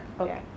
Okay